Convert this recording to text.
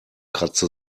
kratzte